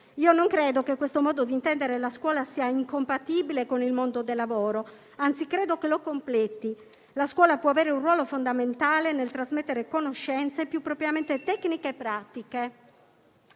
non credo che questo modo di intendere la scuola sia incompatibile con il mondo del lavoro; anzi, credo che lo completi. La scuola può avere un ruolo fondamentale nel trasmettere conoscenze più propriamente tecniche e pratiche.